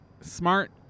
Smart